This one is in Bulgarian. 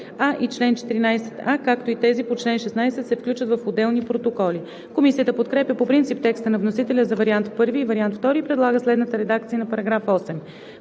12а и чл. 14а, както и тези по чл. 16 се включват в отделни протоколи.“ Комисията подкрепя по принцип текста на вносителя за вариант I и вариант II и предлага следната редакция на § 8: „§ 8.